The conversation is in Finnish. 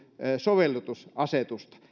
sovellutusasetusta